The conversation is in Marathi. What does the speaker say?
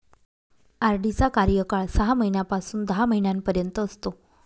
आर.डी चा कार्यकाळ सहा महिन्यापासून दहा महिन्यांपर्यंत असतो